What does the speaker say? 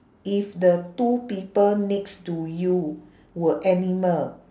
if the two people next to you were animal